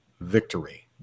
victory